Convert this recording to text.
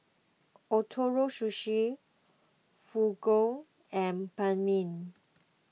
Ootoro Sushi Fugu and Banh Mi